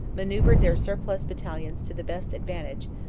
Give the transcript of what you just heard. manoeuvred their surplus battalions to the best advantage,